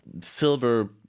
silver